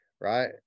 right